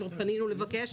כבר פנינו לבקש.